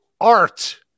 art